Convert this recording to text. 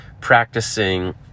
practicing